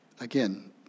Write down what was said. Again